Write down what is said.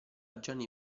gianni